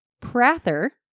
Prather